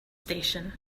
station